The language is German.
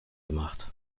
gemacht